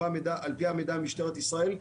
על-פי המידע ממשטרת ישראל,